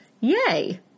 Yay